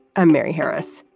i'm mary harris.